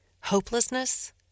hopelessness